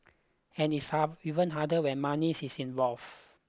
and it's hard even harder when money is involved